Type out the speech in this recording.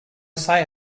say